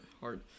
hard